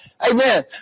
Amen